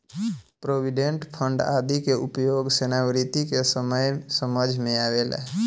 provident fund आदि के उपयोग सेवानिवृत्ति के समय समझ में आवेला